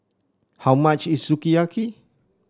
how much is Sukiyaki